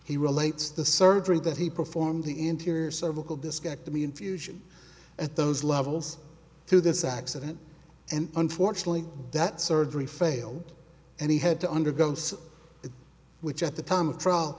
he relates the surgery that he performed the interior cervical diskette to me in fusion at those levels to this accident and unfortunately that surgery failed and he had to undergo which at the time of trial